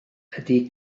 ydy